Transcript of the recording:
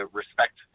respect